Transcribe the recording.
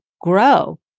grow